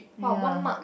ya